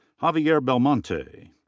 javier belmonte.